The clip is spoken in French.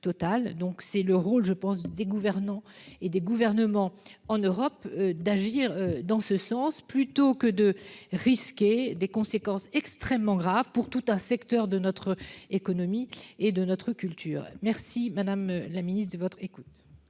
je pense, des gouvernants et des gouvernements en Europe d'agir dans ce sens, plutôt que de risquer des conséquences extrêmement graves pour tout un secteur de notre économie et de notre culture, merci madame la Ministre de votre écoute.